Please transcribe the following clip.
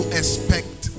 expect